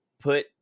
put